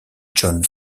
john